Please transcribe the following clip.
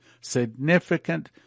significant